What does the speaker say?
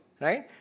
right